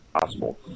possible